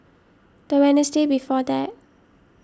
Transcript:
the Wednesday before that